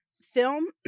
Film